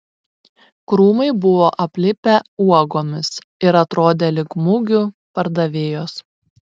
krūmai buvo aplipę uogomis ir atrodė lyg mugių pardavėjos